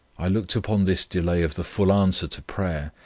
i looked upon this delay of the full answer to prayer,